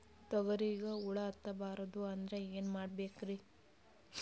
ತೊಗರಿಗ ಹುಳ ಹತ್ತಬಾರದು ಅಂದ್ರ ಏನ್ ಮಾಡಬೇಕ್ರಿ?